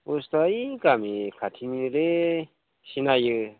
बुस्थुआ ओइ गामिनि खाथिनिलै सिनायो